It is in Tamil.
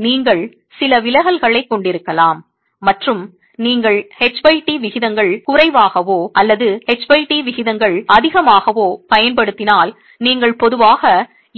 எனவே நீங்கள் சில விலகல்களைக் கொண்டிருக்கலாம் மற்றும் நீங்கள் ht விகிதங்கள் குறைவாகவோ அல்லது ht விகிதங்கள் அதிகமாகவோ பயன்படுத்தினால் நீங்கள் பொதுவாக